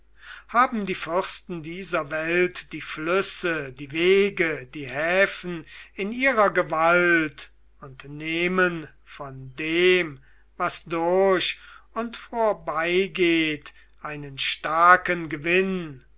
haben die fürsten dieser welt die flüsse die wege die häfen in ihrer gewalt und nehmen von dem was durch und vorbeigeht einen starken gewinn